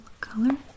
color